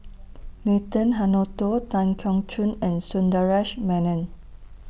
Nathan Hartono Tan Keong Choon and Sundaresh Menon